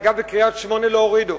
אגב, בקריית-שמונה לא הורידו.